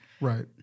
Right